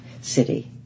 city